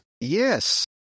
Yes